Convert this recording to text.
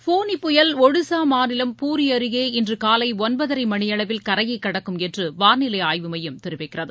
ஃபோனி புயல் ஒடிஸா மாநிலம் பூரி அருகே இன்று காலை ஒன்பதரை மணியளவில் கரையை கடக்கும் என்று வானிலை ஆய்வு மையம் தெரிவித்துள்ளது